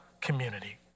community